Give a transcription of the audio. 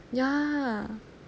ya